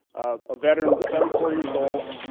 a veteran, seventy four years old,